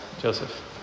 Joseph